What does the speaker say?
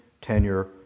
tenure